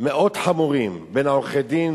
חמורים בין עורכי-הדין